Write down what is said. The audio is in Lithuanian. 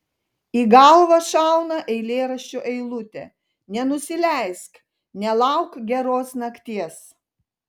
į galvą šauna eilėraščio eilutė nenusileisk nelauk geros nakties